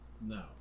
No